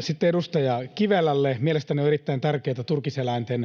Sitten edustaja Kivelälle: Mielestäni on erittäin tärkeää, että turkiseläinten